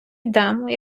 йдемо